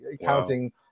counting